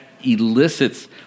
elicits